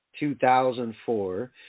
2004